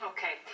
Okay